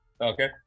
Okay